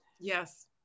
Yes